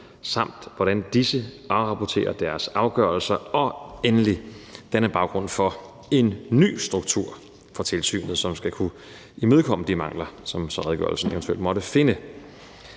samt hvordan disse afrapporterer deres afgørelser, og endelig danne baggrund for en ny struktur for tilsynet, som skal kunne imødekomme de mangler, som redegørelsen eventuelt måtte finde.